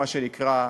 מה שנקרא,